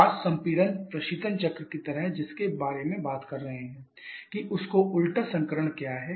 वाष्प संपीड़न प्रशीतन चक्र की तरह जिसके बारे में बात कर रहे हैं कि इसका उल्टा संस्करण क्या है